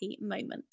moment